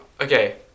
Okay